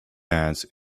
hands